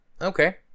Okay